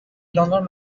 london